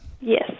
yes